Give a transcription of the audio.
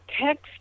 text